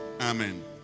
Amen